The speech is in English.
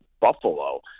buffalo